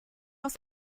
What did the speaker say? aus